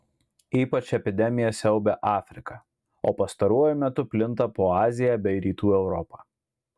ypač epidemija siaubia afriką o pastaruoju metu plinta po aziją bei rytų europą